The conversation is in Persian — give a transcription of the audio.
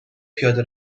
پیاده